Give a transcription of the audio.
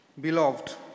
Beloved